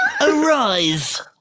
Arise